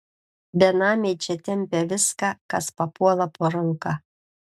benamiai čia tempia viską kas papuola po ranka